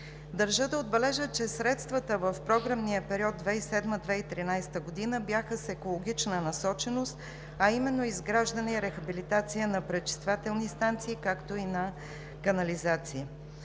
Държа да отбележа, че средствата в програмния период 2007 – 2013 г. бяха с екологична насоченост, а именно: изграждане и рехабилитация на пречиствателни станции и на канализации.